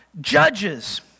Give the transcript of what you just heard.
judges